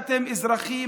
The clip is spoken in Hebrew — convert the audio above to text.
אתם אזרחים,